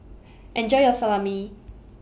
Enjoy your Salami